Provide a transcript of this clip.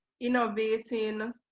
innovating